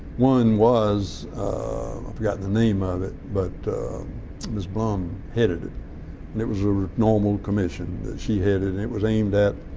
one was i forgot the name of it but ms. blum headed it and it was a normal commission that she headed and it was aimed at